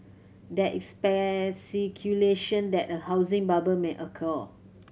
there is that a housing bubble may occur